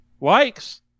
likes